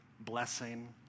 blessing